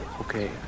okay